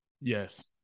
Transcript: Yes